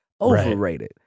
Overrated